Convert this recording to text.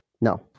No